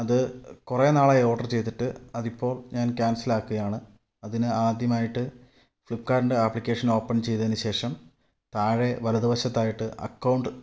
അത് കുറെ നാളായി ഓഡ്റ് ചെയ്തിട്ട് അതിപ്പോൾ ഞാൻ ക്യാൻസലാക്കുകയാണ് അതിന് ആദ്യമായിട്ട് ഫ്ലിപ്പ്ക്കാട്ടിൻ്റെ ആപ്ലിക്കേഷൻ ഓപ്പൺ ചെയ്തതിന് ശേഷം താഴെ വലതുവശത്തായിട്ട് അക്കൗണ്ട്